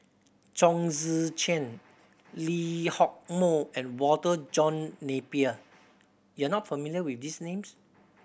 Chong Tze Chien Lee Hock Moh and Walter John Napier you are not familiar with these names